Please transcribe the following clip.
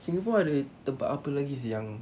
singapore ada tempat apa lagi yang